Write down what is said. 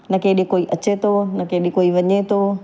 न केॾे कोई अचे थो न केॾे कोई वञे थो